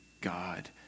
God